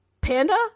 panda